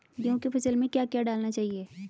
गेहूँ की फसल में क्या क्या डालना चाहिए?